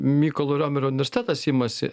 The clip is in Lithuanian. mykolo romerio universitetas imasi